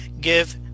give